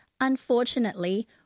Unfortunately